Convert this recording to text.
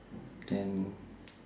then